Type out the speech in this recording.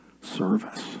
service